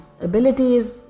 abilities